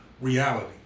reality